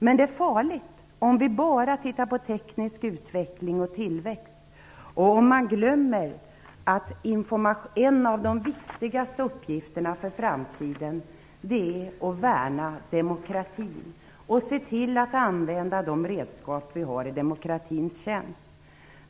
Men det är farligt om vi bara tittar på teknisk utveckling och tillväxt och glömmer att en av de viktigaste uppgifterna för framtiden är att värna demokratin och se till att använda de redskap som vi har i demokratins tjänst.